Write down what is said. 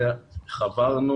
חברנו